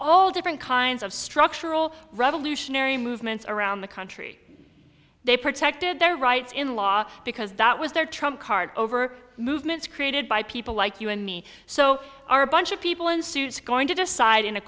all different kinds of structural revolutionary movements around the country they protected their rights in law because that was their trump card over movements created by people like you and me so are a bunch of people in suits going to decide in a